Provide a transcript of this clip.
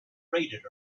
braided